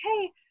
Hey